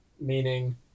meaning